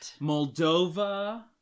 Moldova